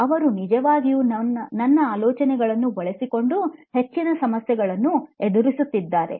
ಅವರು ನಿಜವಾಗಿಯೂ ನನ್ನ ಆಲೋಚನೆಗಳನ್ನು ಬಳಸಿಕೊಂಡು ಹೆಚ್ಚಿನ ಸಮಸ್ಯೆಗಳನ್ನು ಎದುರಿಸುತ್ತಿದ್ದಾರೆ